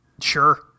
Sure